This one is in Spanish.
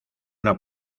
una